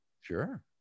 Sure